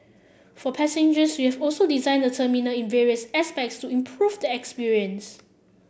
for passengers we have also designed the terminal in various aspects to improve the experience